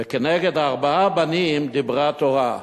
וכנגד ארבעה הבנים דיברה התורה: